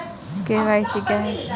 KYC क्या है?